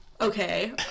Okay